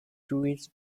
jewish